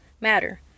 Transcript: matter